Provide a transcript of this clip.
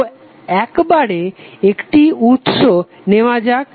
তো একবারে একটি উৎস নেওয়া যাক